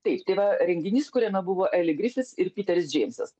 taip tai va renginys kuriame buvo eli grifits ir piteris džeimsas